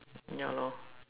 ya lor